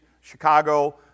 Chicago